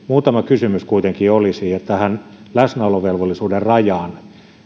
muutama kysymys kuitenkin olisi tästä läsnäolovelvollisuuden rajasta